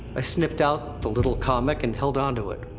i snipped out the little comic, and held onto it.